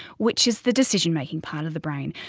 which is the decision-making part of the brain.